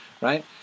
right